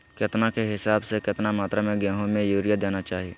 केतना के हिसाब से, कितना मात्रा में गेहूं में यूरिया देना चाही?